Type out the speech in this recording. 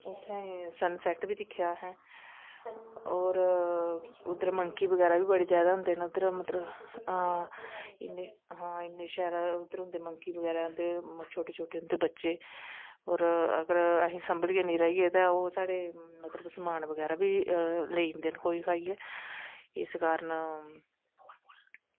उत्थें सनसैट बी दिक्खेआ असैं और उद्धर मंकी बगैरा बी बड़े होंदे न उद्धर हां इन्ने शैल होंदे उद्धर मेकी बगैरा ते छोटे छोटे उंदे बच्चे और अगर अस संभलियै नी रेहिये ते ओह् साढ़ा समान बगैरा बी लेई जंदे न खोही खाहियै इस कारन